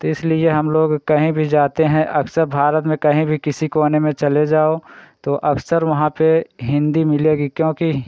तो इसलिए हम लोग कहीं भी जाते हैं अक्सर भारत में कहीं भी किसी कोने में चले जाओ तो अक्सर वहाँ पर हिन्दी मिलेगी क्योंकि